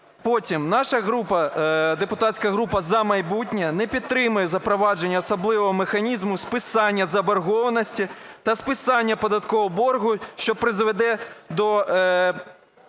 Потім, наша депутатська група "За майбутнє" не підтримує запровадження особливого механізму списання заборгованості та списання податкового боргу, що призведе